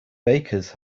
bakers